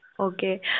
Okay